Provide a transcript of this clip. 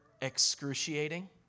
excruciating